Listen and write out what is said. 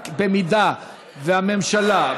רק במידה שהממשלה,